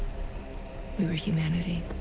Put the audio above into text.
we were humanity.